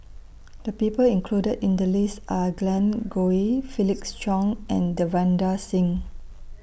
The People included in The list Are Glen Goei Felix Cheong and Davinder Singh